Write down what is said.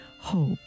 hope